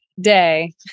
day